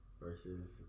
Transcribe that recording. versus